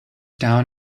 down